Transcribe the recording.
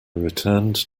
returned